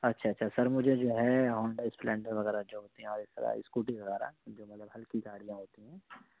اچھا اچھا سر مجھے جو ہے ہونڈا اسپلینڈر وغیرہ جو ہوتی ہیں اور اس طرح اسکوٹی وغیرہ جو مطلب ہلکی گاڑیاں ہوتی ہیں